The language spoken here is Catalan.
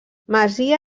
masia